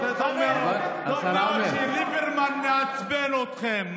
טוב שליברמן מעצבן אתכם,